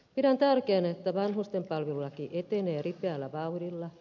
pidän tärkeänä että vanhustenpalvelulaki etenee ripeällä vauhdilla